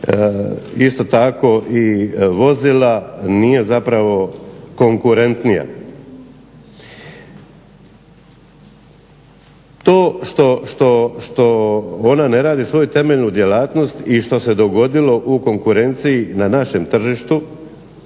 isto tako i vozila nije zapravo konkurentnija. To što ona ne radi svoju temeljnu djelatnost i što se dogodilo u konkurenciji na našem tržištu